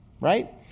right